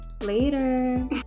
Later